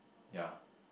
ya